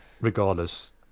regardless